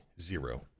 zero